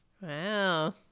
wow